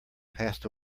passed